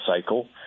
Cycle